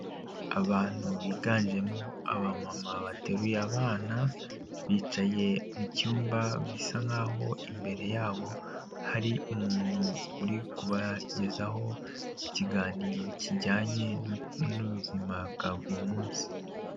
Abantu biganjemo abamama bateruye abana, bicaye mu cyumba bisa nk'aho imbere yabo hari umuntu uri kubagezaho ikiganiro kijyanye n'ubuzima bwa buri munsi.